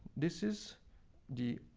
this is the